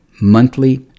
monthly